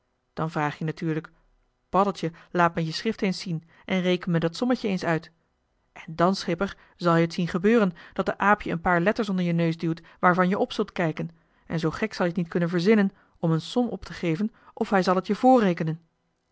dan vraag je natuurlijk paddeltje laat me je schrift eens zien en reken me dat sommetje eens uit en dan schipper zal je het zien gebeuren dat de aap je een paar letters onder je neus duwt waarvan je op zult kijken en zoo gek zal je t niet kunnen verzinnen joh h been paddeltje de scheepsjongen van michiel de ruijter om een som op te geven of hij zal t je